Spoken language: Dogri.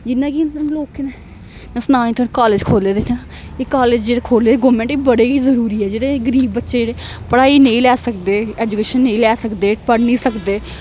जियां कि लोकें सना कॉलेज खोेह्ले दे इत्थै कॉलेज जेह्ड़े खोह्ल दे गौरमेंट बड़े गै जरूरी ऐ जेह्ड़े गरीब बच्चे जेह्ड़े पढ़ाई नेईं लै सकदे ऐजुकेशन नेईं लै सकदे पढ़ाई नि लेई सकदे